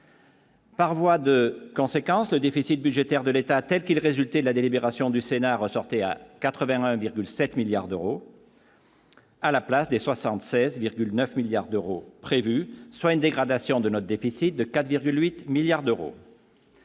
Par voie de conséquence, le déficit budgétaire de l'État, tels qu'ils résultent et la délibération du Sénat ressortait à 88 7 milliards d'euros à la place des 76,9 milliards d'euros prévus, soit une dégradation de notre déficit de 4,8 milliards d'euros.